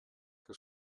che